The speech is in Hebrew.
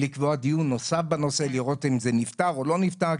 לקבוע דיון נוסף בנושא על מנת לראות אם זה נפתר או לא נפתר.